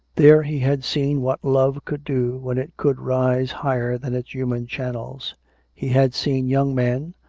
there he had seen what love could do when it could rise higher than its human channels he had seen young men,